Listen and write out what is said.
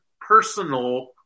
personal